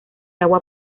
agua